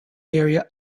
area